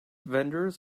vendors